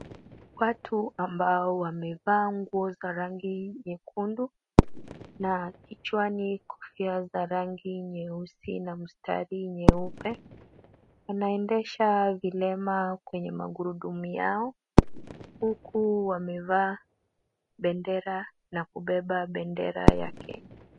Watu ambao wamevaa nguo za rangi nyekundu, na kichwani kofia za rangi nyeusi na mstari nyeupe. Wanaendesha vilema kwenye magurudumu yao, huku wamevaa bendera na kubeba bendera yake.